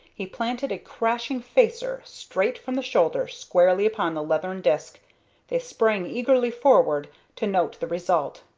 he planted a crashing facer straight from the shoulder squarely upon the leathern disk they sprang eagerly forward to note the result.